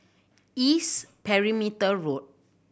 East Perimeter Road